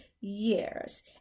years